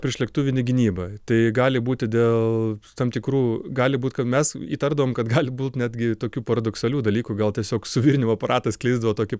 priešlėktuvinė gynyba tai gali būti dėl tam tikrų gali būt kad mes įtardavom kad gali būt netgi tokių paradoksalių dalykų gal tiesiog suvirinimo aparatas skleisdavo tokį